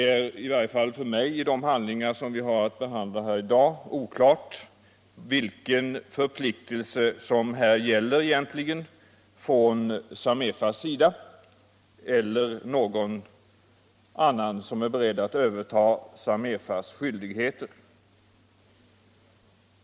I varje fall för mig är det i de handlingar som vi har att behandla i dag oklart vilken förpliktelse som här egentligen gäller från Samefa eller från någon annan som är beredd att överta Samefas skyldigheter.